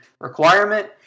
requirement